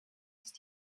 ist